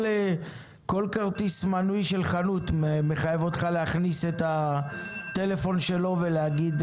כל כרטיס מנוי של חנות מחייב אותך להכניס את הטלפון שלו ולהגיד,